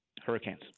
hurricanes